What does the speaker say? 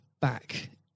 back